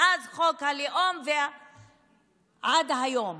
מאז חוק הלאום ועד היום.